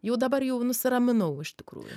jau dabar jau nusiraminau iš tikrųjų